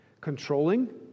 Controlling